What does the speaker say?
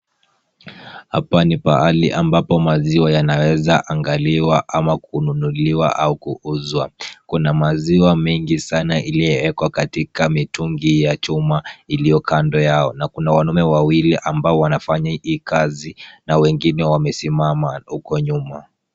Hapa ni pahali ambapo maziwa yanaweza angaliwa ama kununuliwa, au kuuzwa. Kuna maziwa mengi sana iliyowekwa katika mitungi ya chuma iliyo kando yao na kuna wanaume wawili ambao wanafanya hii kazi na wengine wamesimama huko nyuma.